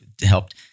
helped